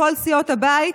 מכל סיעות הבית,